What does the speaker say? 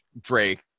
Drake